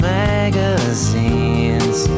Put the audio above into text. magazines